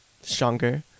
stronger